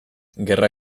gerra